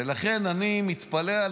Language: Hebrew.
ולכן אני מתפלא.